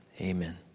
amen